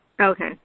Okay